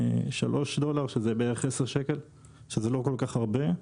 שלושה דולרים שזה בערך עשרה שקלים וזה לא כל-כך הרבה,